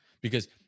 because-